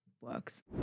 works